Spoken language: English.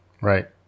Right